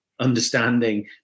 understanding